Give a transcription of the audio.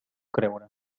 creure